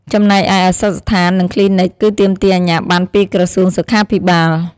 ចំណែកឯ ឱសថស្ថាន និងគ្លីនិក គឺទាមទារអាជ្ញាប័ណ្ណពីក្រសួងសុខាភិបាល។